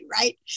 right